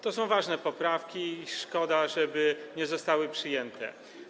To są ważne poprawki, szkoda, żeby nie zostały przyjęte.